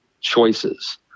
choices